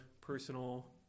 personal